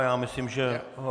Já myslím, že ho...